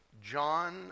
John